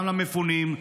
גם למפונים,